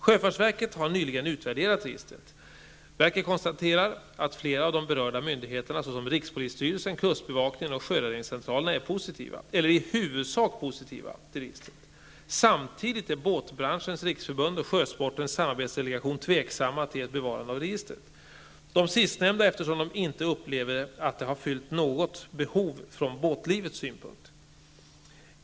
Sjöfartsverket har nyligen utvärderat registret. Verket konstaterar att flera av de berörda myndigheterna såsom rikspolisstyrelsen, kustbevakningen och sjöräddningscentralerna är positiva, eller i huvudsak positiva, till registret. Samtidigt är båtbranschens riksförbund och sjösportens samarbetsdelegation tveksamma till ett bevarande av registret, de sistnämnda eftersom de inte upplever att det fyllt något behov från båtlivets synpunkt.